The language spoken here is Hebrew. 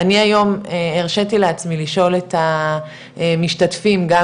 אני היום הרשיתי לעצמי לשאול את המשתתפים גם